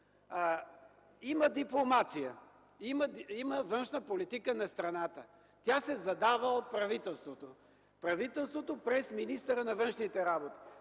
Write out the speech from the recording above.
има дипломация, има външна политика на страната, тя се задава от правителството – правителството през министъра на външните работи.